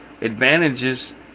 advantages